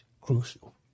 crucial